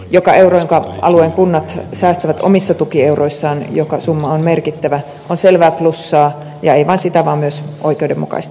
joka euro jonka alueen kunnat säästävät omissa tukieuroissaan joka summa on merkittävä on selvää plussaa ja ei vain sitä vaan myös oikeudenmukaista